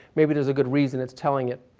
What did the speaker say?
maybe it is a good reason it's telling it.